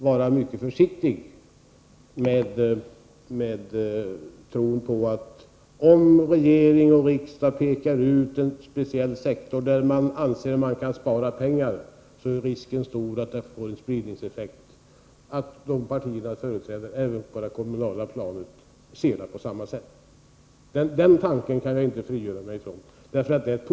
Jag kan inte frigöra mig från tanken att om regering och riksdag pekar ut en speciell sektor där de anser att man kan spara pengar, är risken stor att detta kan få en spridningseffekt — att partiernas företrädare på det kommunala planet ser saken på samma sätt, eftersom det gäller politiska ställningstaganden.